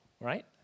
right